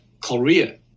Korea